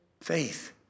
Faith